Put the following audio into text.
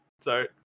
Sorry